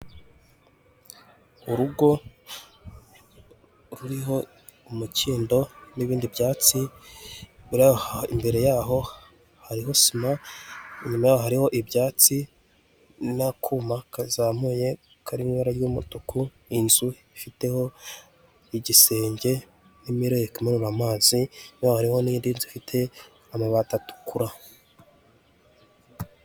Urugo ruriho umukindo n'ibindi byatsi biraho imbere yaho hariho sima, inyuma hariho ibyatsi n'akuma kazamuye kari mu ibara ry'umutuku, inzu ifiteho igisenge n'imereko imanura amazi hariho n'indi nzu ifite amabati atukura.